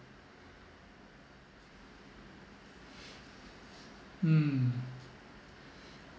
mm